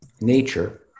nature